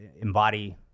embody